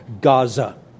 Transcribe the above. Gaza